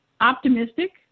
optimistic